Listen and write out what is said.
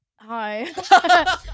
Hi